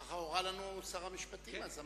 ככה הורה לנו שר המשפטים דאז.